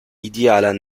idealer